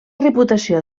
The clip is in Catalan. reputació